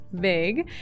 big